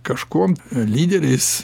kažkuom lyderiais